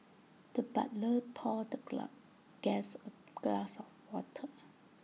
the butler poured the guest A glass of water